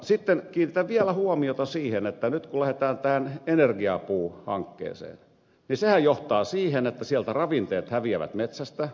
sitten kiinnitän vielä huomiota siihen että nyt kun lähdetään tähän energiapuuhankkeeseen niin sehän johtaa siihen että sieltä ravinteet häviävät metsästä